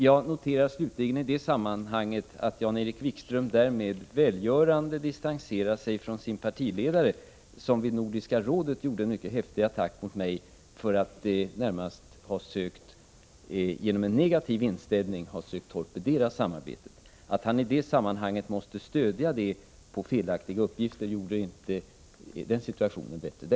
Jan-Erik Wikström distanserar sig därmed välgörande från sin partiledare, som vid Nordiska rådets möte i Reykjavik mycket häftigt attackerade mig för att jag genom en negativ inställning närmast skulle ha sökt torpedera samarbetet. Att Bengt Westerberg i det sammanhanget måste stödja sig på felaktiga uppgifter gjorde inte situationen bättre.